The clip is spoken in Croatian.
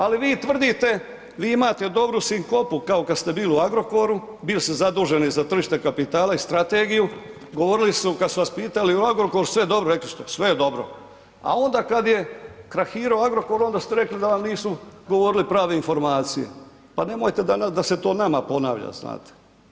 Ali vi tvrdite, vi imate dobru sinkopu kao kad ste bili u Agrokoru, bili ste zaduženi za tržište kapitala i strategiju, govorili su, kad su vas pitali je li u Agrokoru sve dobro, rekli ste sve je dobro, a onda kad je krahirao Agrokor onda ste rekli da vam nisu govorili prave informacije, pa nemojte danas da se to nama ponavlja, znate.